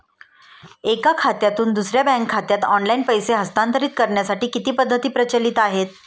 एका खात्यातून दुसऱ्या बँक खात्यात ऑनलाइन पैसे हस्तांतरित करण्यासाठी किती पद्धती प्रचलित आहेत?